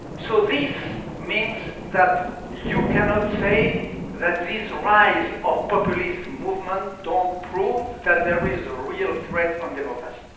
so, this means that you cannot say that this rise of populist movements don't prove that there is a real threat on democracy.